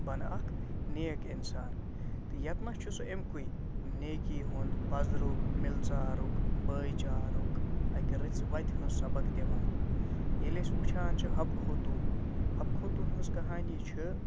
بَنہٕ اَکھ نیک اِنسان تہٕ ییٚتہِ نَس چھُ سُہ اَمہِ کُے نیکی ہُنٛد پَزرُک مِلژارُک بٲے چارُک اَکہِ رٕژِ وَتہِ ہٕنٛز سبق دِوان ییٚلہِ أسۍ وٕچھان چھِ حبہٕ خوتوٗن حبہٕ خوتوٗن ہٕنٛز کہانی چھِ